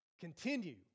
continue